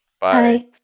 Bye